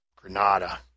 Granada